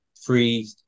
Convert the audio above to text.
free